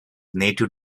native